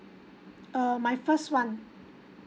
uh my first one